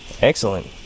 Excellent